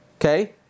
okay